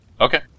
Okay